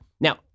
Now